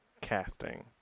casting